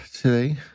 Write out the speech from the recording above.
today